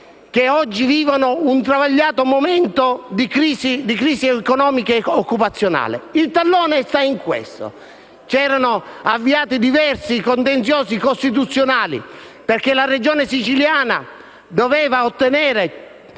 che oggi vivono un travagliato momento di crisi economica e occupazionale. Il tallone si sostanzia in questo: erano stati avviati diversi contenziosi costituzionali, dal momento che la Regione siciliana doveva ottenere